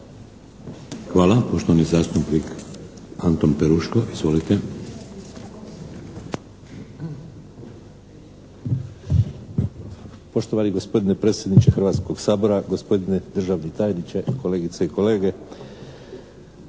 Hvala. Poštovani zastupnik Antun Peruško. Izvolite!